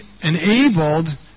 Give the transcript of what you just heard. enabled